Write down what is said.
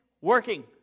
working